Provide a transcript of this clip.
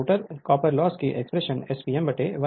rotor copper loss की expression S P m1 S है